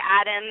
Adam